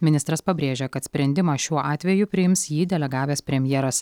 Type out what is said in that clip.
ministras pabrėžia kad sprendimą šiuo atveju priims jį delegavęs premjeras